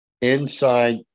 inside